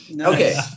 Okay